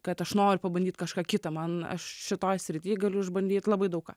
kad aš noriu pabandyt kažką kitą man aš šitoj srityj galiu išbandyt labai daugką